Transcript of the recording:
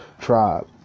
tribe